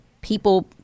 people